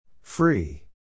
Free